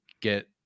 get